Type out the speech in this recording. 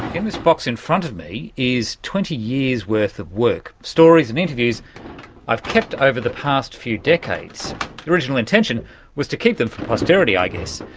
in this box in front of me is twenty years worth of work stories and interviews i've kept over the past few decades. the original intention was to keep them for posterity i guess,